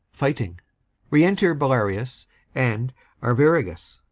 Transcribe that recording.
fighting re-enter belarius and arviragus